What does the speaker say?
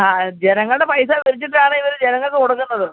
ആ ജനങ്ങളുടെ പൈസ പിരിച്ചിട്ടാണ് ഇവർ ജനങ്ങൾക്ക് കൊടുക്കുന്നത്